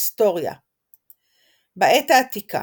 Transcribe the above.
היסטוריה בעת העתיקה